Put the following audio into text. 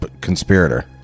conspirator